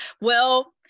Well-